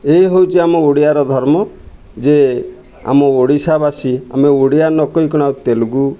ଏଇ ହେଉଛି ଆମ ଓଡ଼ିଆର ଧର୍ମ ଯେ ଆମ ଓଡ଼ିଶାବାସୀ ଆମେ ଓଡ଼ିଆ ନ କହି କ'ଣ ଆଉ ତେଲୁଗୁ